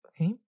Okay